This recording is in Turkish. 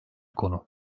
konu